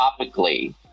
topically